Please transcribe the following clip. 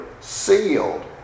sealed